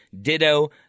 Ditto